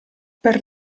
per